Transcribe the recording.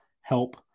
help